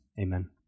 Amen